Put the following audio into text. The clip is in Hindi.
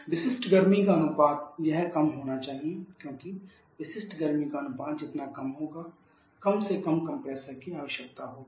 विशिष्ट गर्मी का अनुपात यह कम होना चाहिए क्योंकि विशिष्ट गर्मी का अनुपात जितना कम होगा कम से कम कंप्रेसर की आवश्यकता होगी